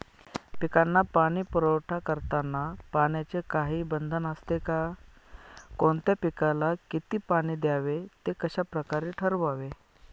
पिकांना पाणी पुरवठा करताना पाण्याचे काही बंधन असते का? कोणत्या पिकाला किती पाणी द्यावे ते कशाप्रकारे ठरवावे?